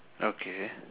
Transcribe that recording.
okay